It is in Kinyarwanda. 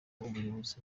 abayobozi